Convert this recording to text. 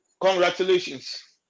Congratulations